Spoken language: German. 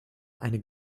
eine